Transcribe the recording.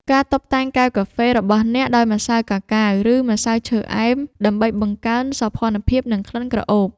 ការតុបតែងកែវកាហ្វេរបស់អ្នកដោយម្សៅកាកាវ ឬម្សៅឈើអែម ដើម្បីបង្កើនសោភ័ណភាព និងក្លិនក្រអូប។